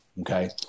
okay